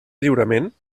lliurement